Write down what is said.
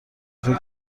فکر